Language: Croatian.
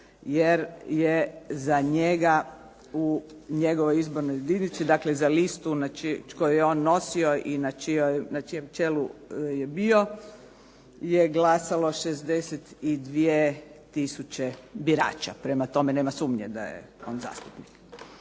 jer je za njega u njegovoj izbornoj jedinici, dakle za listu koju je on nosio i na čijem čelu je bio je glasalo 62000 birača. Prema tome, nema sumnje da je on zastupnik.